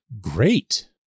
great